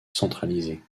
centralisée